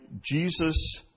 Jesus